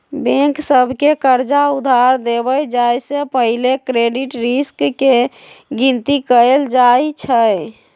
bank सभ के कर्जा उधार देबे जाय से पहिले क्रेडिट रिस्क के गिनति कएल जाइ छइ